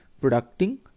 producing